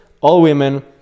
all-women